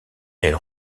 elle